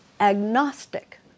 agnostic